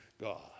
God